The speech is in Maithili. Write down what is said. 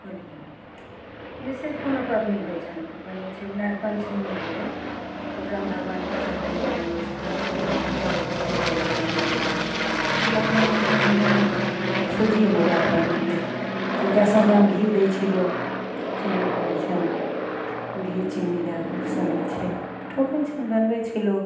बोलियै जैसे कोनो पबनी होइ छनि तऽ बनय छै नाग पञ्चमिये होलय तऽ ओकरामे भगवानके चढ़बय लए लोग बनबय छथिन खीर बनय छै पकवान बनय छै तऽ पकवान उकमानमे सुजिये मैदाके बनेलियै तऽ आटा सनयमे घी दै छै लोग चीनी पड़य छनि घी चीनी दए कऽ सनय छै ठोकय छनि बनबय छै लोग